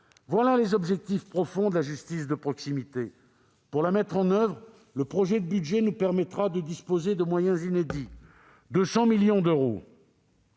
sont les objectifs profonds de la justice de proximité. Pour la mettre en oeuvre, le projet de budget nous permet de disposer de moyens inédits, soit 200 millions d'euros,